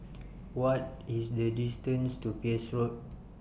What IS The distance to Peirce Road